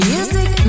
Music